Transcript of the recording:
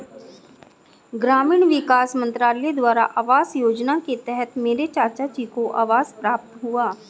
ग्रामीण विकास मंत्रालय द्वारा आवास योजना के तहत मेरे चाचाजी को आवास प्राप्त हुआ